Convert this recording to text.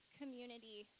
community